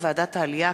הנני מתכבדת להודיעכם,